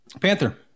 Panther